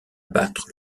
battre